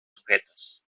sujetos